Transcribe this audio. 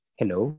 hello